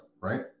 right